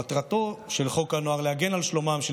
מטרתם של חוקי הנוער להגן על שלומם של